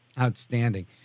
Outstanding